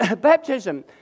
baptism